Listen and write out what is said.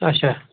اَچھا